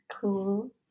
cool